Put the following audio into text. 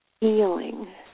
healing